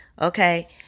Okay